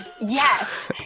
Yes